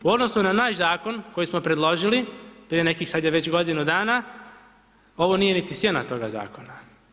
U odnosu na naš zakon koji smo predložili prije nekih, sad je već godinu dana, ovo nije niti sjena toga zakona.